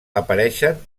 apareixen